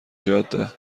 جاده